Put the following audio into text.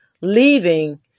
leaving